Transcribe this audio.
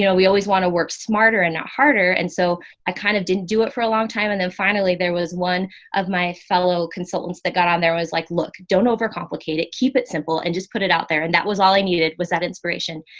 you know we always want to work smarter and not harder. and so i kind of didn't do it for a long time. and then finally there was one of my fellow consultants that got on there. it was like, look, don't overcomplicate it, keep it simple and just put it out there. and that was all i needed was that inspiration.